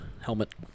helmet